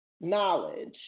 knowledge